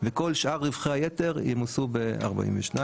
וכל שאר רווחי היתר ימוסו ב-42%.